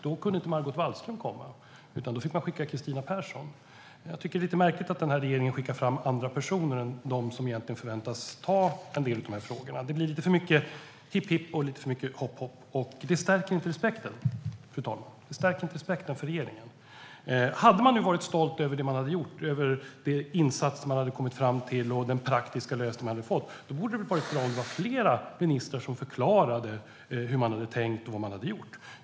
Då kunde Margot Wallström inte komma, utan man fick skicka Kristina Persson. Det är lite märkligt att regeringen skickar fram andra personer än de som förväntas svara på en del av dessa frågor. Det blir lite för mycket hipp, hipp och lite för mycket hopp, hopp. Det stärker inte respekten för regeringen, fru talman. Om man varit stolt över det man gjort, över de insatser man kommit fram till och den praktiska lösning man fått då hade det väl varit bra om flera ministrar hade förklarat hur man tänkt och vad man gjort.